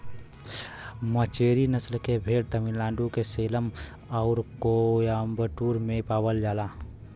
मचेरी नसल के भेड़ तमिलनाडु के सेलम आउर कोयम्बटूर में पावल जाला